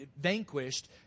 vanquished